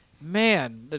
man